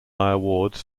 awards